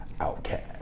Outcast